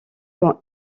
quand